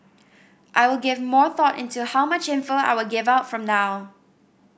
I will give more thought into how much info I will give out from now